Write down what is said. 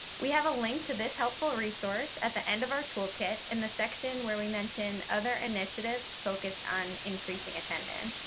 we have a link to this helpful resource at the end of our toolkit in the section where we mention other initiatives focused on increasing attendance.